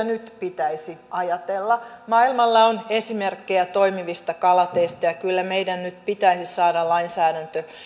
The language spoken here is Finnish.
nyt pitäisi ajatella maailmalla on esimerkkejä toimivista kalateistä ja kyllä meidän nyt pitäisi saada lainsäädäntö